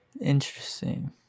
Interesting